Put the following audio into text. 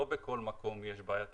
לא בכל מקום יש בעיה תשתיתית,